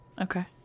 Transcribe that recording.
Okay